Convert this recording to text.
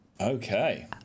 Okay